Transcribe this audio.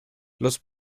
los